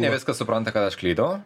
ne viską supranta kad aš klydau